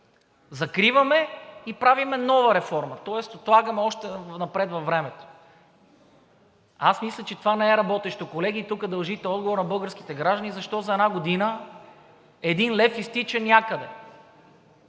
закриваме и правим нова реформа! Тоест отлагаме още напред във времето. Мисля, че това не е работещо, колеги. Тук дължите отговор на българските граждани: защо за една година един лев изтича някъде?